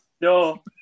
No